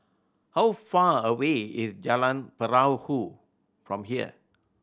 how far away is Jalan Perahu from here